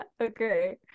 Okay